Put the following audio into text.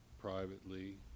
privately